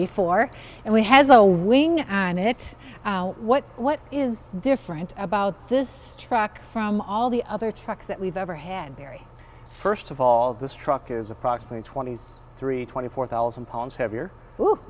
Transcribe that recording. before and we has a wing and it's what what is different about this truck from all the other trucks that we've ever had very first of all this truck is approximately twenty three twenty four thousand pounds heavier